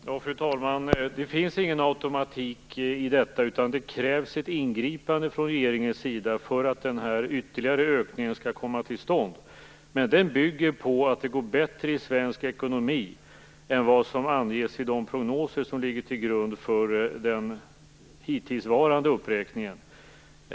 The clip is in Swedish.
Fru talman! Det finns ingen automatik i detta, utan det krävs ett ingripande från regeringens sida för att den ytterligare ökningen skall komma till stånd. Den bygger på att det går bättre i svensk ekonomi än vad som anges i de prognoser som ligger till grund för den hittillsvarande uppräkningen.